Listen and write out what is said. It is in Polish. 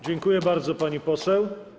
Dziękuję bardzo, pani poseł.